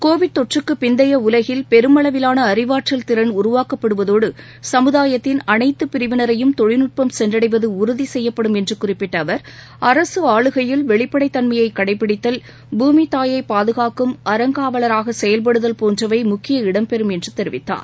Covid தொற்றுக்குப் பிந்தைய உலகில் பெருமளவிலான அறிவாற்றல் திறன் உருவாக்கப்படுவதோடு சமுதாயத்தின் அனைத்துப் பிரிவினரையும் தொழில்நுட்பம் சென்றடைவது உறுதி செய்யப்படும் என்று குறிப்பிட்ட அவர் அரசு ஆளுகையில் வெளிப்படைத் தன்மையைக் கடைப்பிடித்தல் பூமித் தாயை பாதுகாக்கும் அறங்காவலராக செயல்படுதல் போன்றவை முக்கிய இடம் பெறும் என்று தெரிவித்தார்